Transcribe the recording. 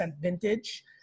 vintage